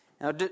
Now